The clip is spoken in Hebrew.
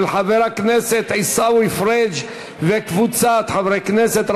של חבר הכנסת עיסאווי פריג' וקבוצת חברי הכנסת,